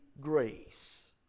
grace